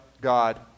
God